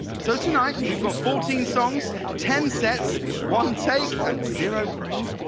so tonight we've got fourteen songs, ten sets, one take and zero pressure.